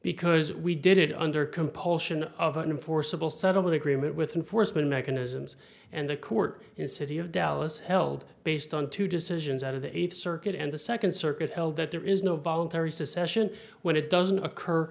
because we did it under compulsion of an forcible settlement agreement with enforcement mechanisms and the court city of dallas held based on two decisions out of the eighth circuit and the second circuit held that there is no voluntary secession when it doesn't occur